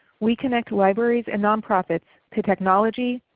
we connect libraries and nonprofits to technology,